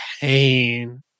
pain